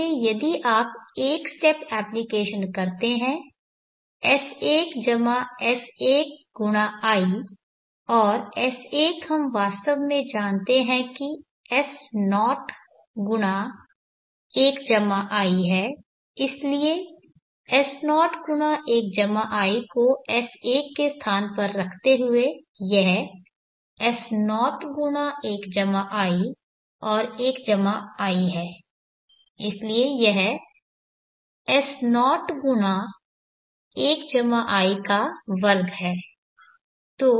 इसलिए यदि आप एक स्टेप एप्लिकेशन करते हैं S1S1×i और S1 हम वास्तव में जानते हैं कि S0×1i है इसलिए S0×1i को S1 के स्थान पर रखते हुए यह S0×1i और 1 i है इसलिए यह S0×1 i2 है